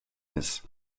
ist